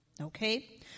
Okay